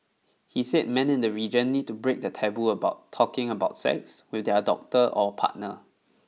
he said men in the region need to break the taboo about talking about sex with their doctor or partner